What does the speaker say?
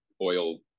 oil